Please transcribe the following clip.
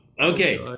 Okay